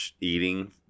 eating